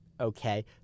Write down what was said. okay